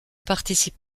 participe